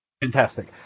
Fantastic